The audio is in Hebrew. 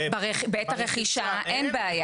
בעת הרכישה אין בעיה,